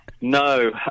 No